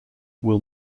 will